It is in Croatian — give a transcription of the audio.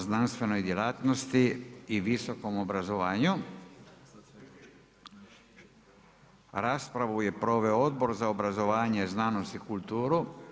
Zakona o znanstvenoj djelatnosti i visokom obrazovanju Raspravu je proveo Odbor za obrazovanje, znanosti i kulturu.